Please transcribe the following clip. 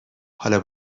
حالا